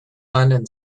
london